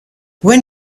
when